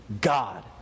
God